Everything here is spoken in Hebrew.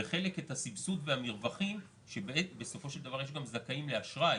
וחלק את הסבסוד והמרווחים כי יש בסופו של דבר גם זכאים לאשראי.